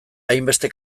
hainbeste